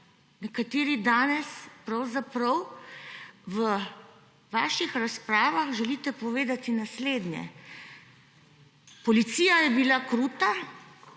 nekateri danes pravzaprav v vaših razpravah želite povedati naslednje. Policija je bila kruta,